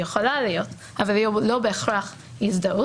היא יכולה להיות, אבל היא לא בהכרח הזדהות.